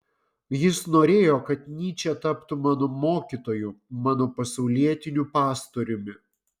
jis norėjo kad nyčė taptų mano mokytoju mano pasaulietiniu pastoriumi